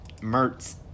Mertz